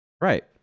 Right